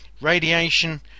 radiation